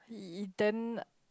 y~ then